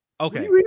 okay